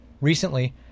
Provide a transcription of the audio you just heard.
Recently